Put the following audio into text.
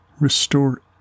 restore